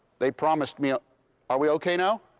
they promised me ah are we okay now?